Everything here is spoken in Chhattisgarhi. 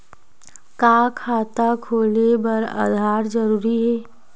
का खाता खोले बर आधार जरूरी हे?